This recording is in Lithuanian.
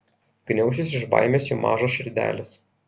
gniaušis iš baimės jų mažos širdelės